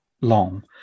long